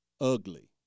ugly